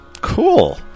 Cool